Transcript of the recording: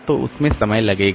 तो इसमें समय लगेगा